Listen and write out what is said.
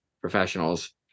professionals